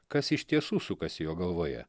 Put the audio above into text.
kas iš tiesų sukasi jo galvoje